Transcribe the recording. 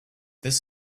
this